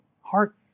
heart